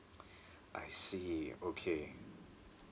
I see okay